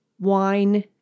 wine